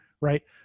right